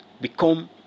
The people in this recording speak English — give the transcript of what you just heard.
become